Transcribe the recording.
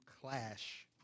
clash